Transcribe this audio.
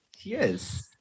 Yes